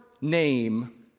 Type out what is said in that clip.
name